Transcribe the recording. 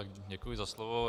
Děkuji za slovo.